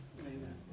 Amen